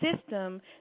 system